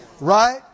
Right